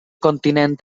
continent